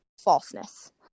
falseness